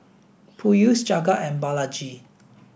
Peyush Jagat and Balaji